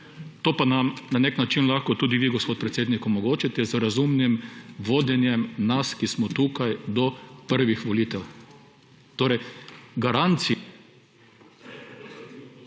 To pa nam na nek način lahko tudi vi, gospod predsednik, omogočite z razumnim vodenjem nas, ki smo tukaj, do prvih volitev. Garancij